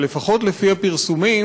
שלפחות לפי הפרסומים,